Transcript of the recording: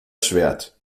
schwert